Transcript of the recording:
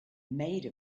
made